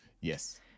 Yes